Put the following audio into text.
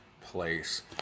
place